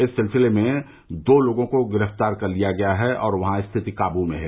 इस सिलसिले में दो लोगों को गिरफ्तार कर लिया गया है और वहां स्थिति काबू में है